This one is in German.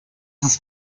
ist